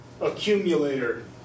accumulator